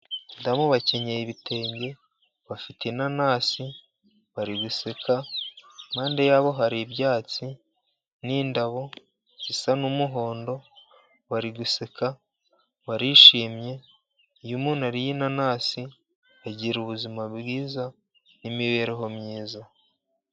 Abadamu bakenyeye ibitenge, bafite inanasi bari guseka impande yabo hari ibyatsi n'indabo zisa n'umuhondo bari guseka ,barishimye. Iyo umuntu ariye inanasi agira ubuzima bwiza n'imibereho myiza.